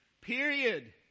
period